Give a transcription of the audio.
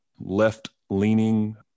left-leaning